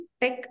tech